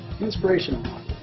inspirational